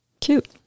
Cute